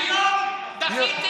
אינו נוכח יאיר גולן,